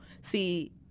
See